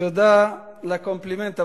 תודה על הקומפלימנט,